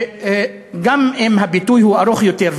שגם אם הביטוי הוא ארוך יותר,